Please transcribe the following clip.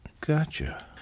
Gotcha